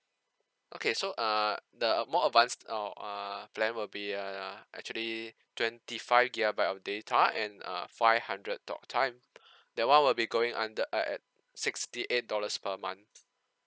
okay so uh the uh more advanced uh err plan will be err actually twenty five gigabyte of data and uh five hundred talk time that [one] will be going under uh at sixty eight dollars per month